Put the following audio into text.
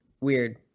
weird